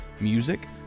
music